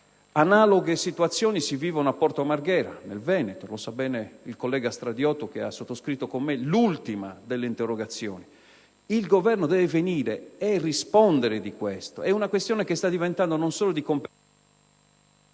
Analoghe situazioni si vivono a Porto Marghera, nel Veneto, come sa bene il collega Stradiotto che ha sottoscritto con me l'ultima delle interrogazioni. Il Governo deve venire e rispondere di questo. È una questione che sta diventando non solo di competenza del ministro